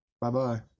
bye-bye